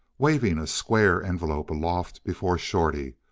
waving a square envelope aloft before shorty,